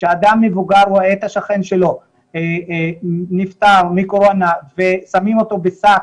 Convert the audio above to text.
כשאדם מבוגר רואה את השכן שלו נפטר מקורונה ושמים אותו בשק,